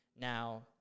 Now